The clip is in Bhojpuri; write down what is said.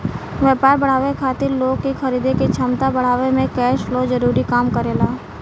व्यापार बढ़ावे खातिर लोग के खरीदे के क्षमता बढ़ावे में कैश फ्लो जरूरी काम करेला